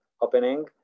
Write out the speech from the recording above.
opening